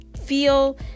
feel